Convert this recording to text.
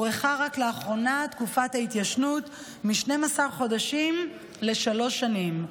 הוארכה רק לאחרונה תקופת ההתיישנות מ-12 חודשים לשלוש שנים.